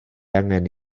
angen